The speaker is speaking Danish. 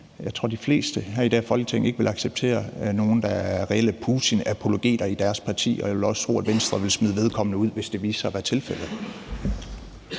Jeg tror, de fleste i det her Folketing ikke ville acceptere nogen, der er reelle Putin-apologeter, i deres parti, og jeg vil også tro, at Venstre ville smide vedkommende ud, hvis det viste sig at være tilfældet.